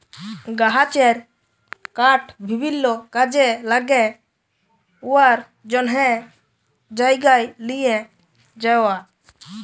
গাহাচের কাঠ বিভিল্ল্য কাজে ল্যাগে উয়ার জ্যনহে জায়গায় লিঁয়ে যাউয়া